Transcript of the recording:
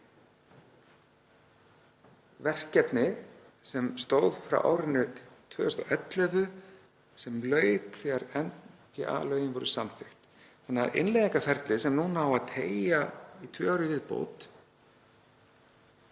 verkefni sem stóð frá árinu 2011 og lauk þegar NPA-lögin voru samþykkt. Þannig að þetta innleiðingarferli sem núna á að teygja í tvö ár í viðbót